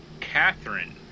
Catherine